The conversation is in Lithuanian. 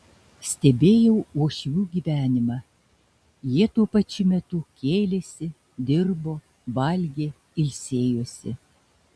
stebėjau uošvių gyvenimą jie tuo pačiu metu kėlėsi dirbo valgė ilsėjosi